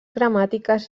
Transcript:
gramàtiques